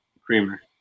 Creamer